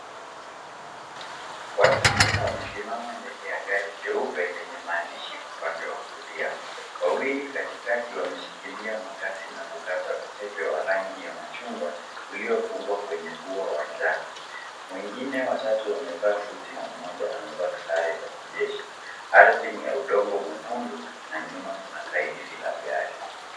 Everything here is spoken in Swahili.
Watu sita wamesimama mbele ya gari jeupe lenye maandishi upande wa kulia. Wawili katikatia wameshikilia makasi na kukata utepe wa rangi ya machungwa uliofungwa kwenye ua wa njano. Wengine watatu wamevaa suti na mmoja amevalia sare za kijashi. Ardhi ni ya udogo ni la udongo mwekundu na nyuma kuna taili la gari.